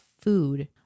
food